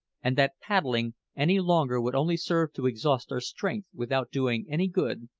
and that paddling any longer would only serve to exhaust our strength without doing any good,